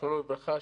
זכרונו לברכה,